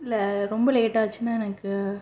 இல்லை ரொம்ப லேட் ஆச்சுன்னா எனக்கு